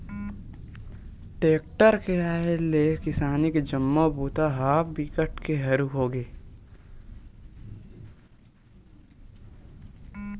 tractor के आए ले किसानी के जम्मो बूता ह बिकट के हरू होगे